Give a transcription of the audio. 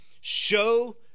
show